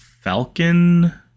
Falcon